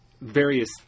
various